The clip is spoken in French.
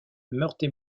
meurthe